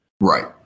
Right